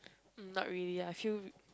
mm not really I feel